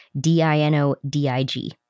D-I-N-O-D-I-G